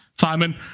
Simon